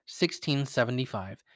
1675